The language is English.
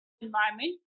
environment